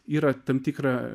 yra tam tikra